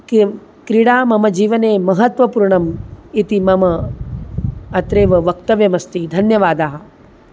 किं क्रीडा मम जीवने महत्त्वपूर्णम् इति मम अत्रैव वक्तव्यमस्ति धन्यवादाः